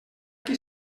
qui